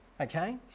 Okay